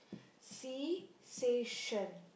seization